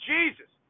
Jesus